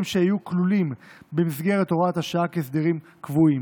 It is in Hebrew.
שיהיו כלולים במסגרת הוראת השעה כהסדרים קבועים.